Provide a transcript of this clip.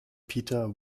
pieter